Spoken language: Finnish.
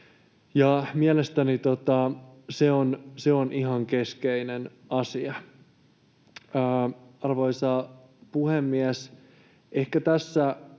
Mielestäni se on ihan keskeinen asia. Arvoisa puhemies! Ehkä tässä